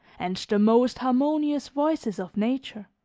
and the most harmonious voices of nature.